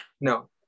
No